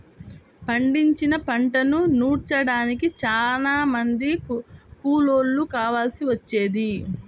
పండించిన పంటను నూర్చడానికి చానా మంది కూలోళ్ళు కావాల్సి వచ్చేది